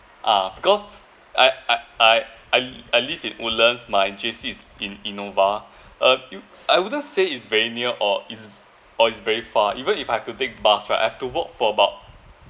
ah because I I I I I live in woodlands my J_C is in innova uh I wouldn't say it's very near or it's or it's very far even if I have to take bus right I have to walk for about